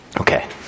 Okay